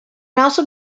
also